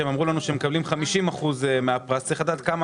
שאמרו לנו שהם מקבלים 50%. צריך לדעת כמה